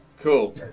Cool